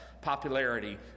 popularity